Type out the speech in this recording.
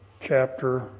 chapter